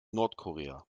nordkorea